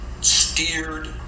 steered